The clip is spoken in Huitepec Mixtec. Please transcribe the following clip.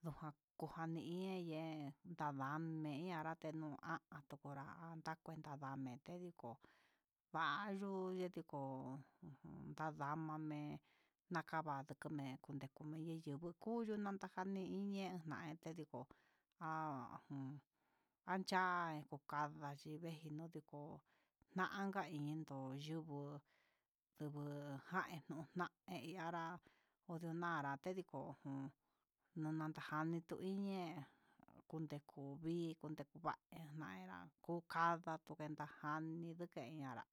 ndo kojani ini ye'e ndanme tanrenñe ini ja, atukunra nacuenta ndame'e, entedikuu nayuu tuteriko ujun nadamamé nakava kune'e kundekuniya ndubu kuyuu ku najani ini ña'a tendiko há jun acha'a kada nriji kuu dikó naka indo yuku jaí nonrai janrá ondu nara tedijujó, nanka janii yuiñe ndekuu vii kudiku va'a nainra kukada tunguenta janii tuke'e ñanrá.